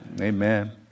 Amen